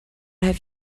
have